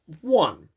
One